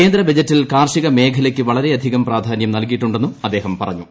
കേന്ദ്ര ബജറ്റിൽ കാർഷിക മേഖലയ്ക്ക് വളരെയധികം പ്രാധാന്യം നൽകിയിട്ടുണ്ടെന്നും അദ്ദേഹം പറഞ്ഞു